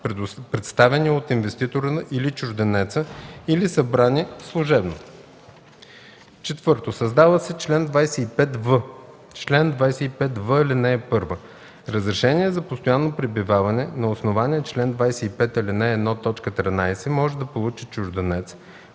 представени от инвеститора или чужденеца, или събрани служебно.” 4. Създава се чл. 25в: „Чл. 25в. (1) Разрешение за постоянно пребиваване на основание чл. 25, ал. 1, т. 13 може да получи чужденeц,